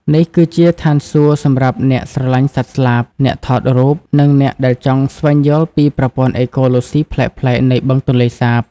នេះគឺជាឋានសួគ៌សម្រាប់អ្នកស្រឡាញ់សត្វស្លាប អ្នកថតរូប និងអ្នកដែលចង់ស្វែងយល់ពីប្រព័ន្ធអេកូឡូស៊ីប្លែកៗនៃបឹងទន្លេសាប។